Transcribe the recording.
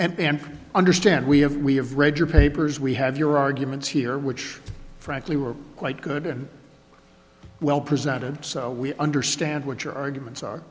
out and understand we have we have read your papers we have your arguments here which frankly were quite good and well presented so we understand what your arguments are